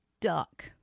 duck